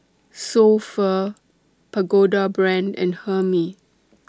So Pho Pagoda Brand and Hermes